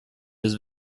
his